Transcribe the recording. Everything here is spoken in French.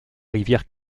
rivière